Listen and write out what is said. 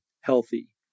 healthy